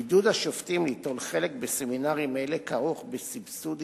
עידוד השופטים ליטול חלק בסמינרים אלה כרוך בסבסוד השתתפותם,